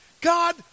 God